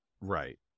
Right